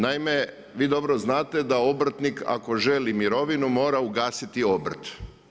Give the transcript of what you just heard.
Naime, vi dobro znate da obrtnik ako želi mirovinu moga ugasiti obrt.